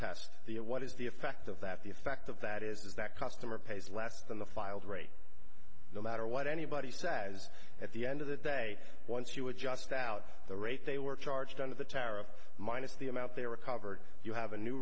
test the what is the effect of that the effect of that is that customer pays less than the filed rate no matter what anybody says at the end of the day once you were just out the rate they were charged under the tariff minus the amount they were covered you have a new